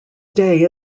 day